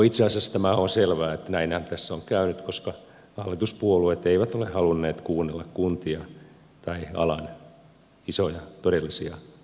itse asiassa tämä on selvää että näinhän tässä on käynyt koska hallituspuolueet eivät ole halunneet kuunnella kuntia tai alan isoja todellisia asiantuntijoita